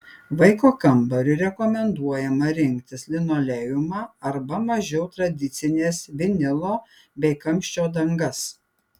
vaiko kambariui rekomenduojama rinktis linoleumą arba mažiau tradicines vinilo bei kamščio dangas